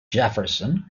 jefferson